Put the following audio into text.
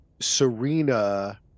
serena